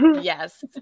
Yes